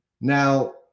Now